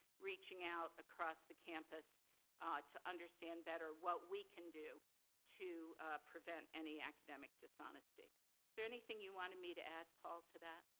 reaching out across the campus ah to understand better what we can do to prevent any academic dishonesty. is there anything you wanted me to add, paul, to that?